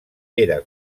era